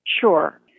Sure